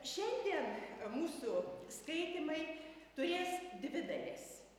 šiandien mūsų skaitymai turės dvi dalis